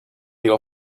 your